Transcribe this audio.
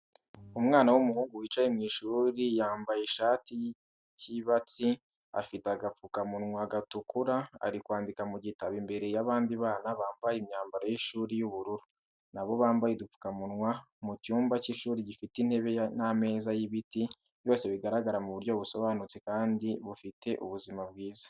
Umwana w'umuhungu wicaye mu ishuri yambaye ishati y'ikibatsi, afite agapfukamunwa gatukura, ari kwandika mu gitabo imbere y'abandi bana bambaye imyambaro y'ishuri y'ubururu, na bo bambaye udupfukamunwa mu cyumba cy'ishuri gifite intebe n'ameza y'ibiti, byose bigaragara mu buryo busobanutse kandi bufite ubuzima bwiza.